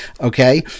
okay